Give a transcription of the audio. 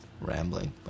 rambling